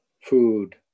food